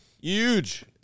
Huge